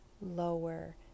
lower